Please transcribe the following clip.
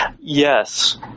Yes